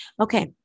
Okay